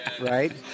right